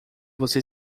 você